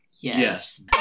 Yes